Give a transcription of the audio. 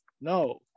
no